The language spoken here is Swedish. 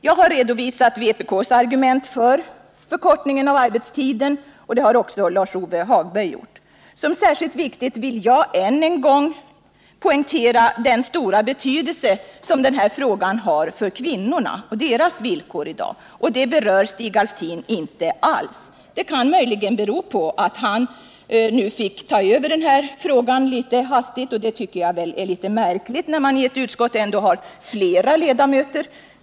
Jag har redovisat vpk:s argument för förkortning av arbetstiden, och det har också Lars-Ove Hagberg gjort. Jag vill än en gång poängtera den stora betydelse som den här frågan har för kvinnorna och deras villkor i dag. Det berör Stig Alftin inte alls. Det kan möjligen bero på att han fick ta över frågan litet hastigt. Jag tycker att det är litet märkligt, eftersom man i ett utskott ändå har flera ledamöter.